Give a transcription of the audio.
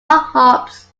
hobbs